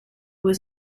was